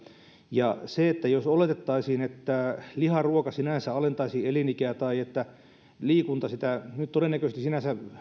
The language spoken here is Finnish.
ja jos oletettaisiin että liharuoka sinänsä alentaisi elinikää tai oletetaan että liikunta sitä nyt todennäköisesti sinänsä